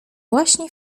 właśnie